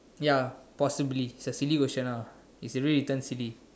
ya possibly it's a silly question ah it's already written silly